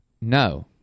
no